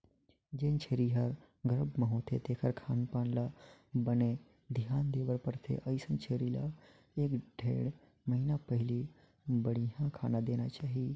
जेन छेरी ह गरभ म होथे तेखर खान पान ल बने धियान देबर परथे, अइसन छेरी ल एक ढ़ेड़ महिना पहिली बड़िहा खाना देना चाही